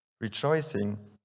rejoicing